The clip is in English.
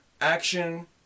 action